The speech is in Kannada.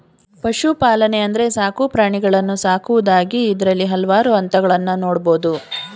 ಪಶುಪಾಲನೆ ಅಂದ್ರೆ ಸಾಕು ಪ್ರಾಣಿಗಳನ್ನು ಸಾಕುವುದಾಗಿದೆ ಇದ್ರಲ್ಲಿ ಹಲ್ವಾರು ಹಂತಗಳನ್ನ ನೋಡ್ಬೋದು